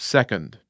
Second